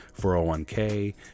401k